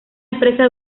empresa